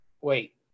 Wait